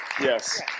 yes